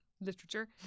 literature